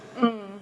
mm